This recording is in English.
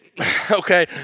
okay